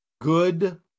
good